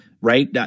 right